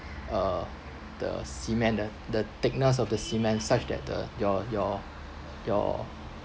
uh the cement ah the thickness of the cement such that the your your your